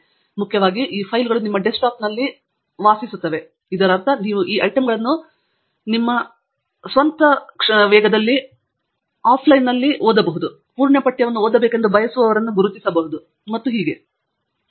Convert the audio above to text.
ಮತ್ತು ಮುಖ್ಯವಾಗಿ ಈ ಫೈಲ್ಗಳು ನಿಮ್ಮ ಡೆಸ್ಕ್ಟಾಪ್ನಲ್ಲಿ ವಾಸಿಸುತ್ತವೆ ಇದರರ್ಥ ನೀವು ಈ ಐಟಂಗಳನ್ನು ನಿಮ್ಮ ಸ್ವಂತ ವೇಗದಲ್ಲಿ ಆಫ್ಲೈನ್ನಲ್ಲಿ ಹೋಗಬಹುದು ಮತ್ತು ನೀವು ಪೂರ್ಣ ಪಠ್ಯವನ್ನು ಓದಬೇಕೆಂದು ಬಯಸುವವರನ್ನು ಗುರುತಿಸಬಹುದು ಮತ್ತು ಹೀಗೆ ಮಾಡಬಹುದು